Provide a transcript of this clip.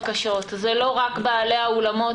זה לא רק בעלי האולמות,